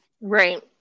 Right